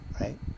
Right